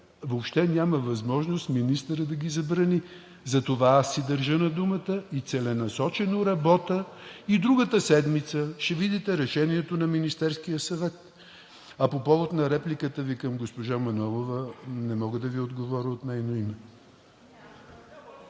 въобще няма възможност министърът да ги забрани. Затова аз си държа на думата и целенасочено работя и другата седмица ще видите Решението на Министерския съвет. А по повод на репликата Ви към госпожа Манолова, не мога да Ви отговоря от нейно име.